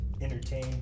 entertain